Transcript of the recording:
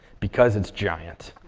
because it's giant.